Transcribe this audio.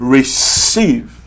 Receive